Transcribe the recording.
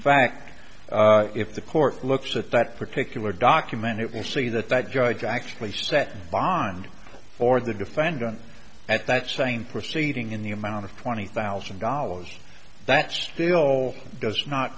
fact if the court looks at that particular document it will see that the judge actually set bond for the defendant at that same proceeding in the amount of twenty thousand dollars that still does not